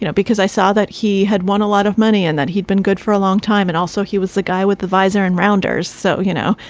you know because i saw that he had won a lot of money and that he'd been good for a long time. and also he was the guy with the visor and rounder's, so, you know,